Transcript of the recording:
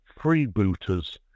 freebooters